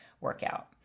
Workout